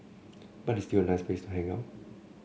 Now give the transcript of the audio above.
but it's still a nice place to hang out